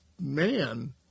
man